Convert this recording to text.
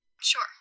Sure